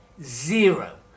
Zero